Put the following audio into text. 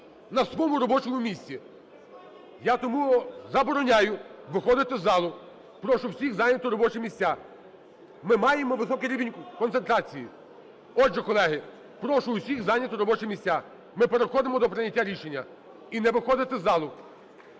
на своєму робочому місці. Я тому забороняю виходити із залу. Прошу всіх зайняти робочі місця. Ми маємо високий рівень концентрації. Отже, колеги, прошу всіх зайняти робочі місця. Ми переходимо до прийняття рішення. І не виходити із залу.